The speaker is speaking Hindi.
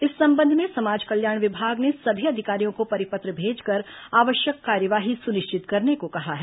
इस संबंध में समाज कल्याण विभाग ने सभी अधिकारियों को परिपत्र भेजकर आवश्यक कार्यवाही सुनिश्चित करने को कहा है